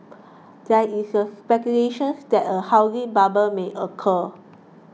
there is a speculation that a housing bubble may occur